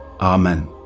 Amen